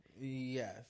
yes